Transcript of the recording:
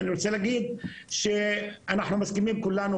אני רוצה להגיד שאנחנו מסכימים כולנו,